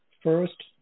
first